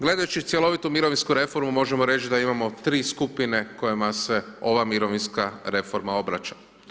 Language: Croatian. Gledajući cjelovitu mirovinsku reformu možemo reći da imamo 3 skupine kojima se ova mirovinska reforma obraća.